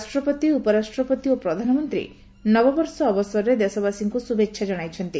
ରାଷ୍ଟପତି ଉପରାଷ୍ଟପତି ଓ ପ୍ରଧାନମନ୍ତ୍ରୀ ନବବର୍ଷ ଅବସରରେ ଦେଶବାସୀଙ୍କୁ ଶୁଭେଚ୍ଛା ଜଣାଇଛନ୍ତି